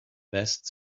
best